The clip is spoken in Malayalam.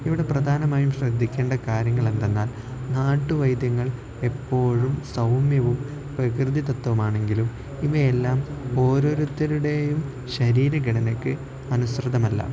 ഇവിടെ പ്രധാനമായും ശ്രദ്ധിക്കേണ്ട കാര്യങ്ങൾ എന്തെന്നാൽ നാട്ടുവൈദ്യങ്ങൾ എപ്പോഴും സൗമ്യവും പ്രകൃതിദത്തവുമാണെങ്കിലും ഇവയെല്ലാം ഓരോരുത്തരുടെയും ശരീരഘടനയ്ക്ക് അനുസൃതമല്ല